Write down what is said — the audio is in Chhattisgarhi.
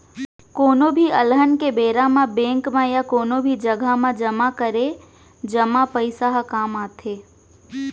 कोनो भी अलहन के बेरा म बेंक म या कोनो भी जघा म जमा करे जमा पइसा ह काम आथे